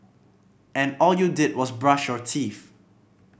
and all you did was brush your teeth